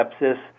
sepsis